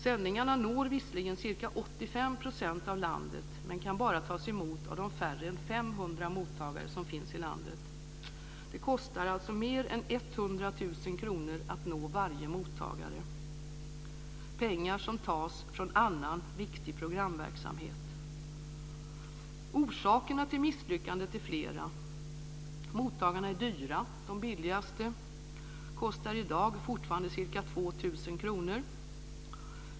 Sändningarna når visserligen ca 85 % av landet, men de kan bara tas emot av de färre än 500 mottagare som finns i landet. Det kostar alltså mer än 100 000 kr att nå varje mottagare, pengar som tas från annan viktig programverksamhet. Orsakerna till misslyckandet är flera. Mottagarna är dyra. Den billigaste kostar i dag ca 2 000 kr.